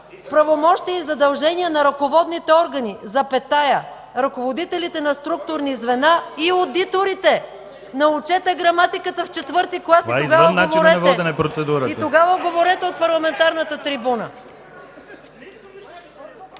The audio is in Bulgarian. „правомощия и задължения на ръководните органи, ръководителите на структурни звена и одиторите”. Научете граматиката в четвърти клас и тогава говорете от парламентарната трибуна.